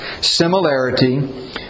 Similarity